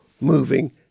moving